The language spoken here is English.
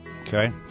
Okay